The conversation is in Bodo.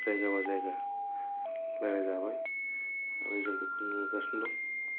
जायगाबा जायगा रायज्लायजाबाय आरो जों बेखौ नुबोगासिनो दं